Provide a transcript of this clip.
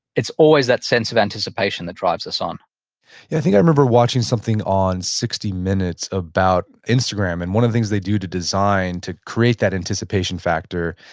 it's always that sense of anticipation that drives us on i think i remember watching something on sixty minutes about instagram, and one of the things they do to design, to create that anticipation factor,